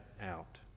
out